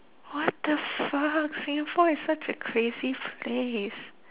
what the fuck singapore is such a crazy place